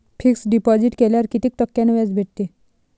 Fix deposit केल्यावर कितीक टक्क्यान व्याज भेटते?